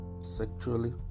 sexually